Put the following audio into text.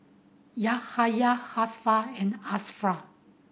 Yahaya Hafsa and